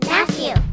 Matthew